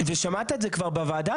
ושמעת את זה כבר בוועדה,